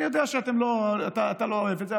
אני יודע שאתה לא אוהב את זה,